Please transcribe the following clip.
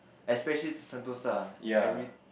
especially Sentosa every